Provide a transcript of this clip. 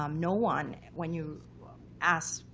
um no one, when you asked,